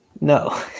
No